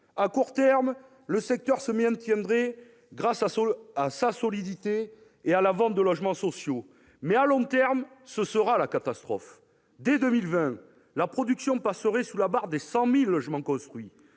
À court terme, le secteur se maintiendrait grâce à sa solidité et à la vente des logements sociaux, mais, à long terme, ce serait la catastrophe. Dès 2020, la production passerait sous la barre des 100 000 logements construits,